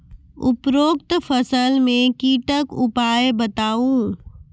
उपरोक्त फसल मे कीटक उपाय बताऊ?